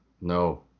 no